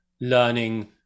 learning